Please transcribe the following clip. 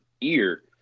ear